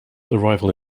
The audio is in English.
arrival